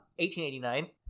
1889